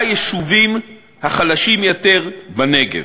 ליישובים החלשים יותר בנגב.